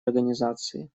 организации